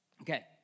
Okay